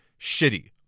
shitty